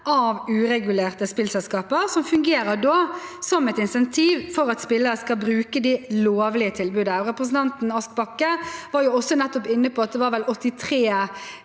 av uregulerte spillselskaper som fungerer som et insentiv for at spillere skal bruke det lovlige tilbudet. Representanten Ask Bakke var inne på at det var 83